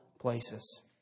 places